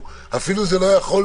זה לא יכול,